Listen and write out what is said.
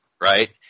right